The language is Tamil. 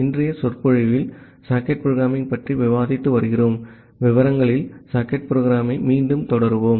இன்றைய சொற்பொழிவில் சாக்கெட் புரோகிராமிங் பற்றி விவாதித்து வருகிறோம் விவரங்களில் சாக்கெட் புரோகிராமிங்கை மீண்டும் தொடருவோம்